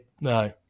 no